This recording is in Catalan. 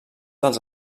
dels